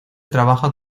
trabaja